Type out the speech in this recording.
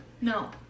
No